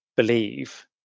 believe